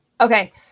Okay